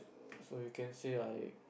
so you can say I